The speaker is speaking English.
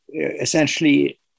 essentially